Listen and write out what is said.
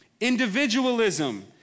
Individualism